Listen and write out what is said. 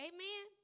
Amen